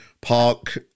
park